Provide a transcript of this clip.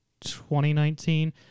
2019